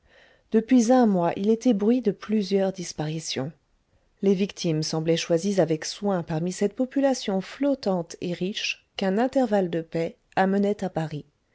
depuis un mois il était bruit de plusieurs disparitions les victimes semblaient choisies avec soin parmi cette population flottante et riche qu'un intervalle de paix amenait à paris